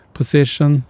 position